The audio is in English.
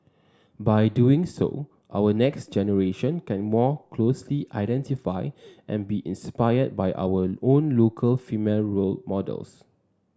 by doing so our next generation can more closely identify and be inspired by our own local female role models